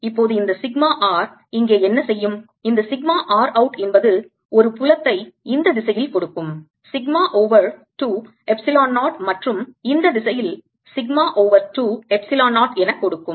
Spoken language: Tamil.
இப்போது இந்த சிக்மா r இங்கே என்ன செய்யும் இந்த சிக்மா r out என்பது ஒரு புலத்தை இந்த திசையில் கொடுக்கும் சிக்மா ஓவர் 2 எப்சிலோன் 0 மற்றும் இந்த திசையில் சிக்மா ஓவர் 2 எப்சிலோன் 0 எனக் கொடுக்கும்